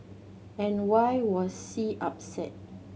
and why was C upset